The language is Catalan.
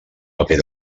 paper